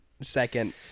second